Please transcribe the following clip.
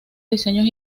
diseños